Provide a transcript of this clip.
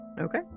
Okay